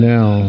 Now